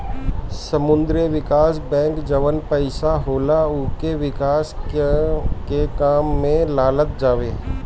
सामुदायिक विकास बैंक जवन पईसा होला उके विकास के काम में लगावल जाला